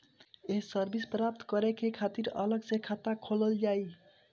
ये सर्विस प्राप्त करे के खातिर अलग से खाता खोलल जाइ?